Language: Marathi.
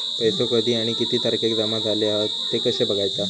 पैसो कधी आणि किती तारखेक जमा झाले हत ते कशे बगायचा?